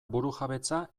burujabetza